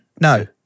No